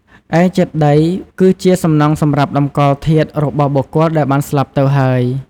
ឯចេតិយ គឺជាសំណង់សម្រាប់តម្កល់ធាតុរបស់បុគ្គលដែលបានស្លាប់ទៅហើយ។